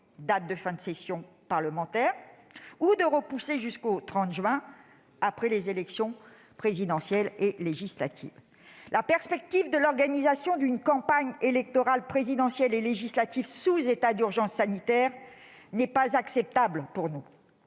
date de fin de la session parlementaire, ou jusqu'au 30 juin, c'est-à-dire après les élections, présidentielle et législatives ? La perspective de l'organisation d'une campagne électorale présidentielle et législative sous état d'urgence sanitaire n'est pas acceptable pour nous.